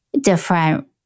different